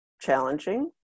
challenging